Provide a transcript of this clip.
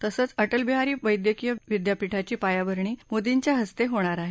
तसंव अ ऊ बिहारी वैद्यकीय विद्यापीठाची पायाभरणी मोदींच्या हस्ते होणार आहे